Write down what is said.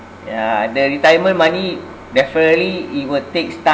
yeah the retirement money definitely it would takes times